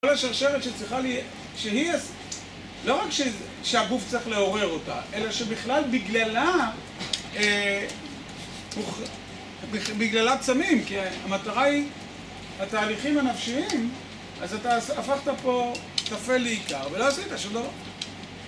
כל השרשרת שצריכה להיות, שהיא, לא רק שהגוף צריך לעורר אותה, אלא שבכלל בגללה, בגללה צמים, כי המטרה היא, התהליכים הנפשיים, אז אתה הפכת פה תפל לעיקר, ולא עשית שום דבר